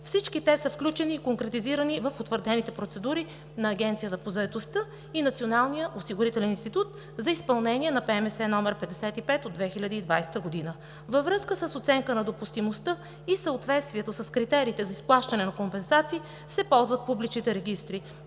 Всички те са включени и конкретизирани в утвърдените процедури на Агенцията по заетостта и Националния осигурителен институт за изпълнение на ПМС № 55/2020 г. Във връзка с оценка на допустимостта и съответствието с критериите за изплащане на компенсации се ползват публичните регистри